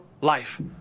life